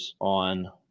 on